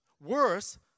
Worse